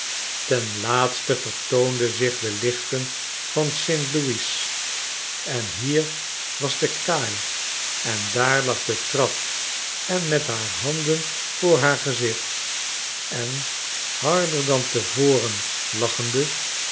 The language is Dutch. ten laatste vertoonden zich de lichten van st louis en hier was de kaai en daar lag de trap en met haar handen voor haar gezicht en harder dan te vorenlachende